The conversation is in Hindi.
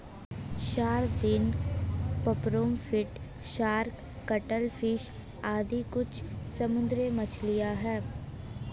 sardine, pomfret, shark, cuttlefish आदि कुछ समुद्री मछलियाँ हैं